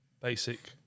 basic